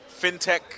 FinTech